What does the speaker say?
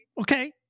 Okay